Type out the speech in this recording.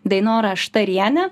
dainora štarienė